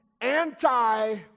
anti